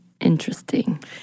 interesting